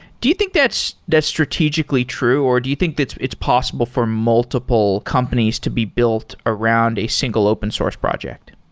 do you think that's that's strategically true or do you think that it's possible for multiple companies to be built around a single open source project?